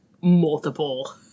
multiple